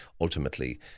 ultimately